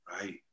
right